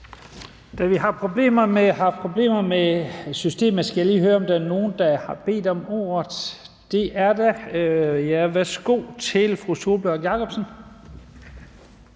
Da vi har problemer med systemet, skal jeg lige høre, om der er nogen, der har bedt om ordet? Det er der. Værsgo til fru Sólbjørg Jakobsen.